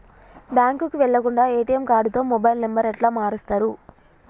బ్యాంకుకి వెళ్లకుండా ఎ.టి.ఎమ్ కార్డుతో మొబైల్ నంబర్ ఎట్ల మారుస్తరు?